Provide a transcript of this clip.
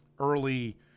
early